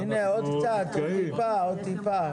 הינה עוד קצת, עוד טיפה.